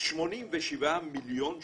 87 מיליון שקלים,